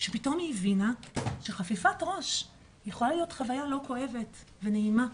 ופתאום היא הבינה שחפיפת ראש היא חוויה לא כואבת ונעימה.